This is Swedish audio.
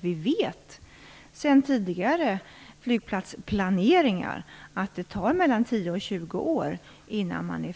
Vi vet ju sedan tidigare flygplatsplaneringar att det tar mellan tio och tjugo år innan